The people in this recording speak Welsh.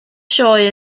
sioe